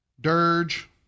dirge